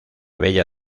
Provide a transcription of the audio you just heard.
bella